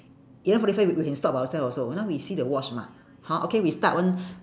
eleven forty five we we can stop ourselves also now we see the watch mah hor okay we start one